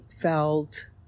felt